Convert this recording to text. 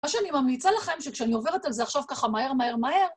מה שאני ממליצה לכם, שכשאני עוברת על זה עכשיו ככה מהר, מהר, מהר...